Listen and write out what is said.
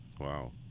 wow